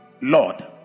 Lord